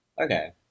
Okay